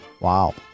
Wow